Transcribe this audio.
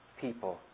people